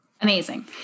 Amazing